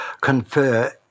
confer